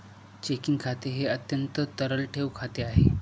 checking खाते हे अत्यंत तरल ठेव खाते आहे